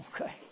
Okay